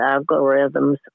algorithms